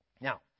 Now